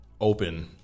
open